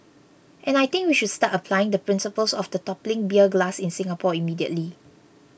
and I think we should start applying the principles of the toppling beer glass in Singapore immediately